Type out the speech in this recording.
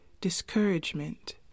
discouragement